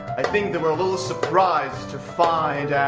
i think they were a little surprised to find